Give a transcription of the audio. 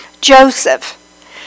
Joseph